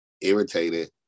irritated